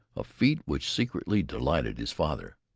a feat which secretly delighted his father.